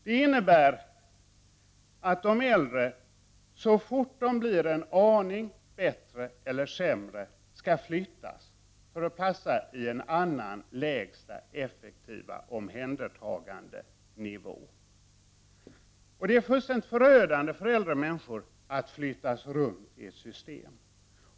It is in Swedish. Det innebär att de äldre så fort de blir en aning bättre eller sämre skall flyttas för att passa in i en annan lägsta effektiv omhändertagandenivå. Det är fullständigt förödande för äldre människor att flyttas runt i ett system.